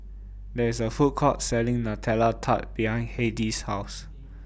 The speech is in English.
There IS A Food Court Selling Nutella Tart behind Hedy's House